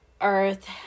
Earth